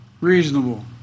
reasonable